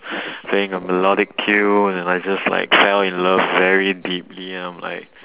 playing a melodic tune and I just like fell in love very deeply and I'm like